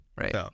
right